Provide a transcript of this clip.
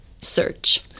search